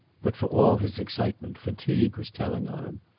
but for all his excitement fatigue was telling on him.